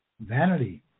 vanity